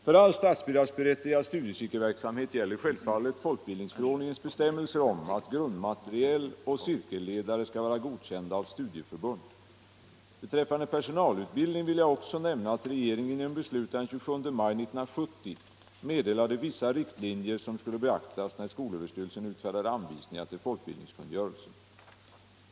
För all statsbidragsberättigad studiecirkelverksamhet gäller självfallet folkbildningsförordningens bestämmelser om att grundmaterial och cirkelledare skall vara godkända av studieförbund. Beträffande personalutbildning vill jag också nämna att regeringen genom beslut den 27 maj 1970 meddelade vissa riktlinjer som skulle beaktas när skolöverstyrelsen utfärdade anvisningar till folkbildningskungörelsen.